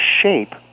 shape